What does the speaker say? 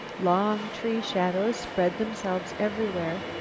long tree shadows spread themselves everywhere,